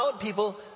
people